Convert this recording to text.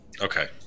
Okay